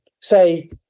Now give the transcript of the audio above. say